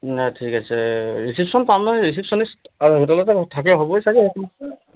নাই ঠিক আছে ৰিচিপশ্যন পাম নহয় ৰিচিপশ্যনিষ্ট আৰু হোটেলতে থাকে হ'বই চাগে